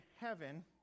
heaven